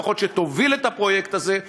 לפחות שתוביל את הפרויקט הזה,